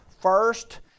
First